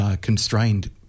Constrained